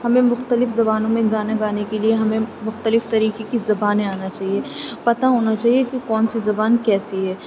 ہمیں مختلف زبانوں میں گانے گانے کے لیے ہمیں مختلف طریقے کی زبانیں آنا چاہیے پتہ ہونا چاہیے کہ کون سی زبان کیسی ہے